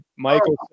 michael